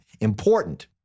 important